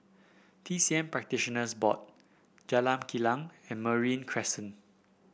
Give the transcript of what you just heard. T C M Practitioners Board Jalan Kilang and Merino Crescent